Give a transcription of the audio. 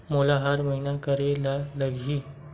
मोला हर महीना करे ल लगही?